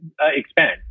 expand